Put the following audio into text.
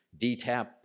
DTaP